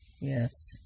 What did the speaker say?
Yes